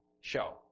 show